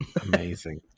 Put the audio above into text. Amazing